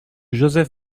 joseph